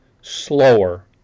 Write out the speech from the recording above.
slower